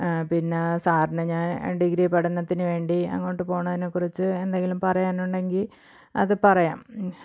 പിന്ന സാറിനെ ഞാൻ ഡിഗ്രി പഠനത്തിന് വേണ്ടി അങ്ങോട്ട് പോണതിനെ കുറിച്ച് എന്തെങ്കിലും പറയാനുണ്ടെങ്കിൽ അത് പറയാം